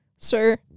Sir